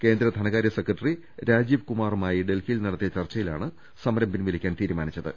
കേന്ദ്ര ധനകാര്യ സെക്രട്ടറി രാജീവ് കുമാറുമായി ഡൽഹിയിൽ നടത്തിയ ചർച്ചയിലാണ് സമരം പിൻവലിക്കാൻ തീരുമാനിച്ചത്